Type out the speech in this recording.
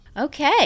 Okay